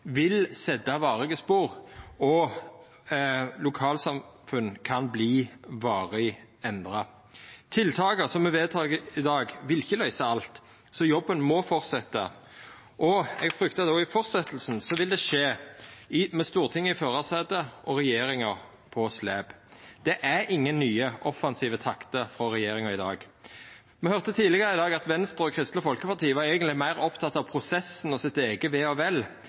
vil setja varige spor, og lokalsamfunn kan verta varig endra. Tiltaka som me vedtek i dag, vil ikkje løysa alt, så jobben må fortsetja, og eg fryktar at det òg i fortsetjinga vil skje med Stortinget i førarsetet og regjeringa på slep. Det er ingen nye offensive takter frå regjeringa i dag. Me høyrde tidlegare i dag at Venstre og Kristeleg Folkeparti eigentleg var meir opptekne av prosessen og sitt eige ve og vel